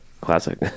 classic